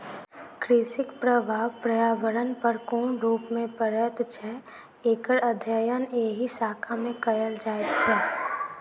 कृषिक प्रभाव पर्यावरण पर कोन रूप मे पड़ैत छै, एकर अध्ययन एहि शाखा मे कयल जाइत छै